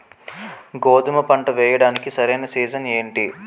గోధుమపంట వేయడానికి సరైన సీజన్ ఏంటి?